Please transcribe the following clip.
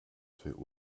für